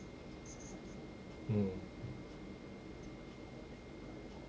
mm